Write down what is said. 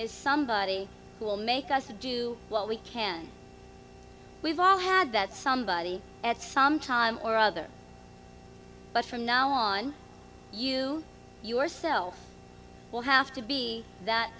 is somebody who will make us to do what we can we've all had that somebody at some time or other but from now on you yourself will have to be that